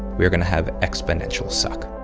we're going to have exponential suck